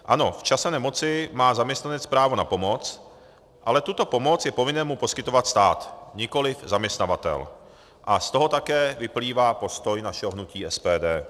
Ano, v čase nemoci má zaměstnanec právo na pomoc, ale tuto pomoc je povinen mu poskytovat stát, nikoliv zaměstnavatel a z toho také vyplývá postoj našeho hnutí SPD.